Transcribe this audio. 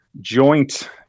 joint